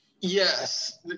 Yes